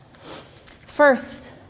First